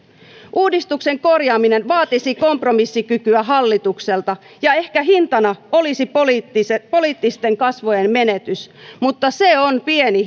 uudistuksen korjaaminen vaatisi kompromissikykyä hallitukselta ja ehkä hintana olisi poliittisten poliittisten kasvojen menetys mutta se on pieni